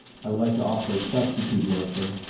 i would like to offer a substitute motion.